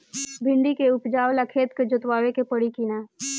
भिंदी के उपजाव ला खेत के जोतावे के परी कि ना?